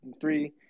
three